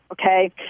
okay